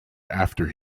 after